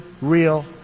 real